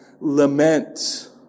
lament